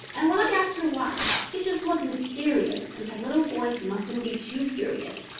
and when i asked her why, she just looked mysterious and said little boys mustn't be too curious.